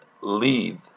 lead